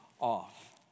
off